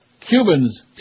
Cubans